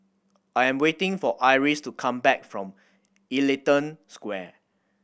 I am waiting for Iris to come back from Ellington Square